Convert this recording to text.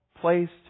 placed